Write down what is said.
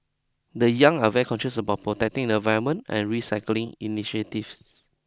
the young are very conscious about protecting the environment and recycling initiatives